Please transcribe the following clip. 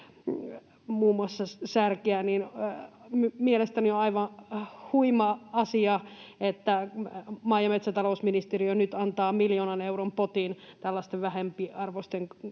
muun muassa särkiä. Mielestäni on aivan huima asia, että maa- ja metsätalousministeriö nyt antaa miljoonan euron potin tällaisten vähempiarvoisten